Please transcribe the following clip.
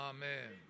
Amen